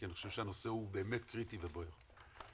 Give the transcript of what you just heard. כי אני חושב שהנושא הוא באמת קריטי ובוער.